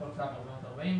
לכל קו 440 שקלים.